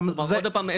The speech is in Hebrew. עוד פעם,